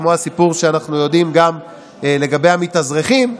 כמו הסיפור שאנחנו מכירים לגבי המתאזרחים,